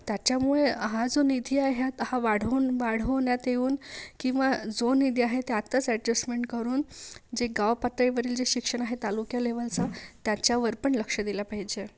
त्याच्यामुळे हा जो निधी आहे हा हा वाढवून वाढवण्यात येऊन किंवा जो निधी आहे त्यातच एडजस्टमेंट करून जे गाव पातळीवरील जे शिक्षण आहे तालुका लेव्हलचं त्याच्यावर पण लक्ष दिलं पाहिजे